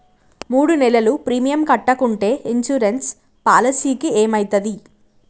మూడు నెలలు ప్రీమియం కట్టకుంటే ఇన్సూరెన్స్ పాలసీకి ఏమైతది?